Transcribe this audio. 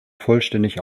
vollständig